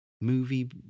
movie